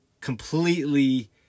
Completely